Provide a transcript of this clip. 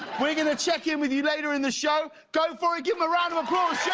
we're going to check in with you rater in the show! go for it! give them a round of applause!